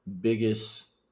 biggest